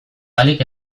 ahalik